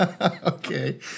Okay